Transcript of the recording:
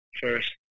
first